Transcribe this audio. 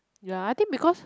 ya I think because